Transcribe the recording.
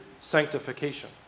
sanctification